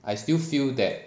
I still feel that